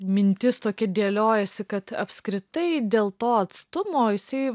mintis tokia dėliojasi kad apskritai dėl to atstumo jisai